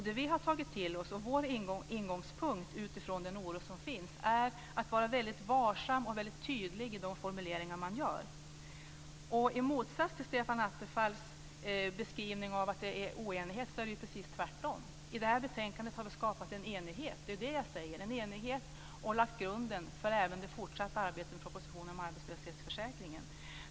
Det vi har tagit till oss och vår ingång utifrån den oro som finns är att vara väldigt varsam och tydlig i sina formuleringar. I förhållande till Stefan Attefalls beskrivning, att det är oenighet, är det precis tvärtom. I det här betänkandet har vi skapat en enighet och lagt grunden för även det fortsatta arbetet med propositionen om arbetslöshetsförsäkringen.